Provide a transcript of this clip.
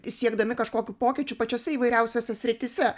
siekdami kažkokių pokyčių pačiose įvairiausiose srityse